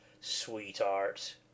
sweetheart